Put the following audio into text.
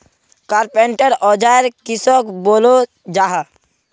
Carpenter औजार किसोक बोलो जाहा?